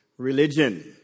Religion